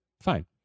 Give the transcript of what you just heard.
Fine